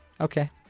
Okay